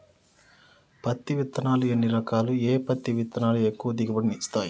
పత్తి విత్తనాలు ఎన్ని రకాలు, ఏ పత్తి విత్తనాలు ఎక్కువ దిగుమతి ని ఇస్తాయి?